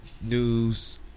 News